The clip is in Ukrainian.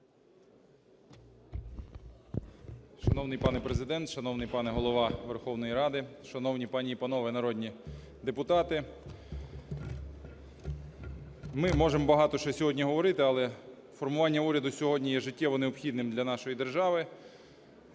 Шановний пане Президент, шановний пане Голова Верховна Ради, шановні пані і панове народі депутати! Ми можемо багато що сьогодні говорити, але формування уряду сьогодні є життєво необхідним для нашої держави.